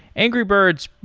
angry birds,